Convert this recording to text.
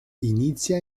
inizia